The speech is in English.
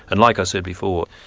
and like i said before,